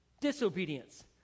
disobedience